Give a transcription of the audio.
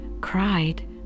cried